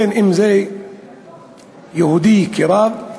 בין שהוא יהודי, רב,